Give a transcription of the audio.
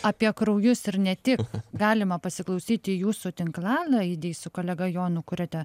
apie kraujus ir ne tik galima pasiklausyti jūsų tinklalaidėj su kolega jonu kuriate